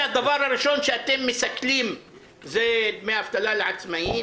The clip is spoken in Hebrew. והדבר הראשון שאתם מסכלים זה דמי אבטלה לעצמאים?